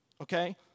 Okay